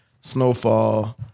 Snowfall